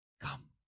Come